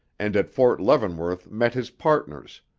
and at fort leavenworth met his partners,